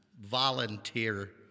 volunteer